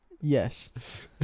Yes